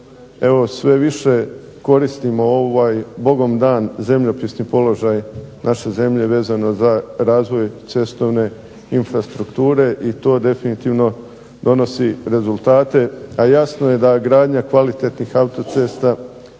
sve više koristimo ovaj Bogom dan zemljopisni položaj naše zemlje vezano za razvoj cestovne infrastrukture, i to definitivno donosi rezultate, a jasno je da gradnja kvalitetnih autocesta,